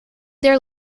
their